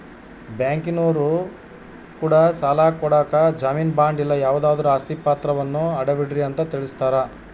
ಬ್ಯಾಂಕಿನರೊ ಕೂಡ ಸಾಲ ಕೊಡಕ ಜಾಮೀನು ಬಾಂಡು ಇಲ್ಲ ಯಾವುದಾದ್ರು ಆಸ್ತಿ ಪಾತ್ರವನ್ನ ಅಡವಿಡ್ರಿ ಅಂತ ತಿಳಿಸ್ತಾರ